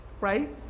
Right